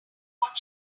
what